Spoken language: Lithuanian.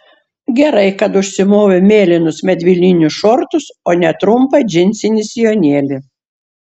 gerai kad užsimovė mėlynus medvilninius šortus o ne trumpą džinsinį sijonėlį